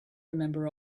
remember